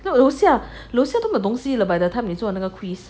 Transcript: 那楼下楼下都没有什么东西吃了 by the time 你做完那个 quiz